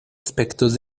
aspectos